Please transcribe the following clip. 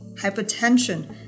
hypertension